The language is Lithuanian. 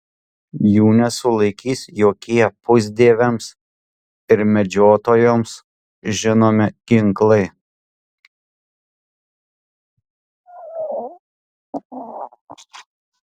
jų nesulaikys jokie pusdieviams ir medžiotojoms žinomi ginklai